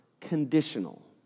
conditional